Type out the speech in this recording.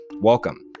welcome